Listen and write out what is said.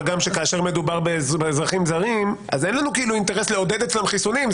מה גם שכאשר מדובר באזרחים זרים אין לנו אינטרס לעודד אצלם חיסונים,